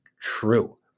true